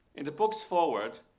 in the book's forward,